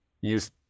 use